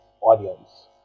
audience